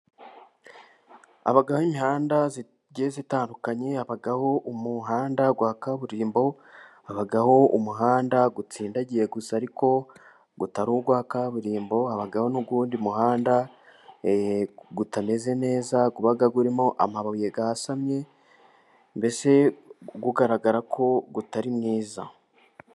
Habaho imihanda igiye itandukanye, habaho umuhanda wa kaburimbo, habaho umuhanda utsindagiye gusa ariko utari uwa kaburimbo, habaho n'ubundi muhanda utameze neza, uba urimo amabuye yasamye, mbese ugaragara ko utari mwiza.